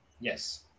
Yes